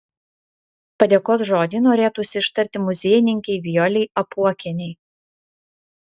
padėkos žodį norėtųsi ištarti muziejininkei vijolei apuokienei